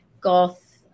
goth